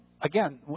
again